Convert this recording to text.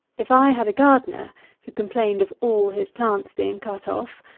if i had a gardener who complained of all his plants being cut off,